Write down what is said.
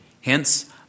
Hence